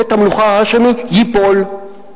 בית-המלוכה ההאשמי ייפול.